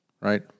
right